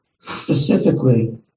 specifically